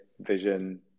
vision